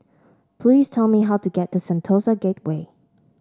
please tell me how to get to Sentosa Gateway